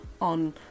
on